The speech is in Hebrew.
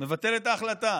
מבטל את ההחלטה,